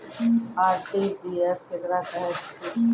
RTGS केकरा कहैत अछि?